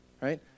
right